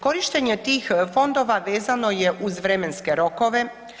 Korištenje tih fondova vezano je uz vremenske rokove.